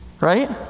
Right